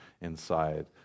inside